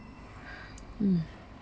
mm